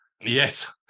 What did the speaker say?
yes